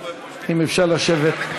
אם אפשר לשבת,